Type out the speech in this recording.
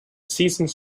seasons